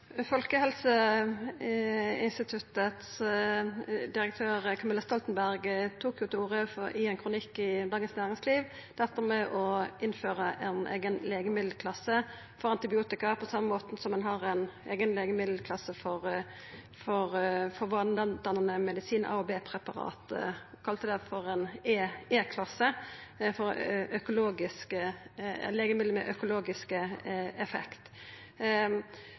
Folkehelseinstituttets direktør, Camilla Stoltenberg, tok i ein kronikk i Dagens Næringsliv opp dette med å innføra ein eigen legemiddelklasse for antibiotika på same måte som ein har ein eigen legemiddelklasse for vanedannande medisin, A- og B-preparat. Ho kalla det for ein «E-klasse» – legemiddel med